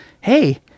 hey